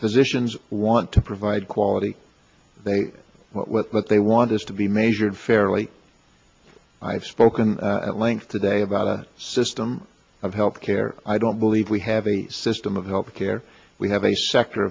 physicians want to provide quality they what they want is to be measured fairly i've spoken at length today about a system of health care i don't believe we have a system of health care we have a sector